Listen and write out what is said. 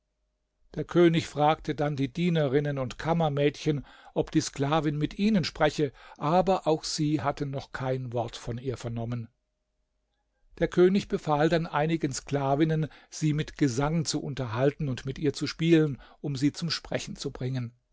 der könig fragte dann die dienerinnen und kammermädchen ob die sklavin mit ihnen spreche aber auch sie hatten noch kein wort von ihr vernommen der könig befahl dann einigen sklavinnen sie mit gesang zu unterhalten und mit ihr zu spielen um sie zum sprechen zu bringen